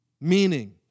meaning